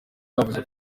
bavuze